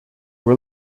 were